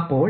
അപ്പോൾ